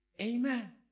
Amen